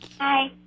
Hi